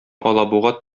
алабуга